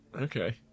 Okay